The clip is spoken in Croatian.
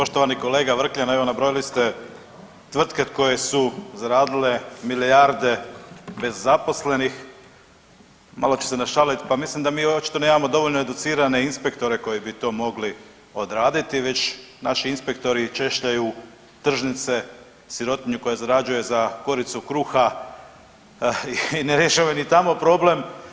Poštovani kolega Vrkljan, evo nabrojali ste tvrtke koje su zaradile milijarde bez zaposlenih, malo ću se našali, pa mislim da mi očito nemamo dovoljno educirane inspektore koji bi to mogli odraditi, već naši inspektori češljaju tržnice, sirotinju koja zarađuje za koricu kruha i ne rješava ni tamo problem.